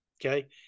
Okay